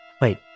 Wait